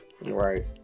right